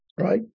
right